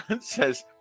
says